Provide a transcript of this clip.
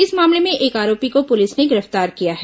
इस मामले में एक आरोपी को पुलिस ने गिरफ्तार किया है